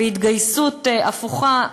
בהתגייסות הפוכה,